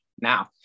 Now